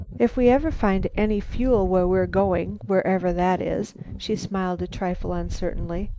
if we ever find any fuel where we're going wherever that is she smiled a trifle uncertainly,